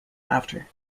after